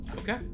Okay